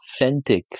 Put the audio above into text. authentic